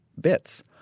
bits